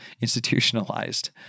institutionalized